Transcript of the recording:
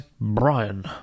Brian